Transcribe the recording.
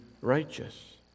righteous